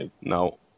No